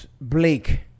Blake